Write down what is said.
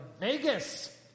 Vegas